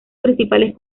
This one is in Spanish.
principales